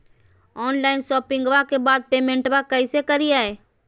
Online शोपिंग्बा के बाद पेमेंटबा कैसे करीय?